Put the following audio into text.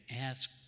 ask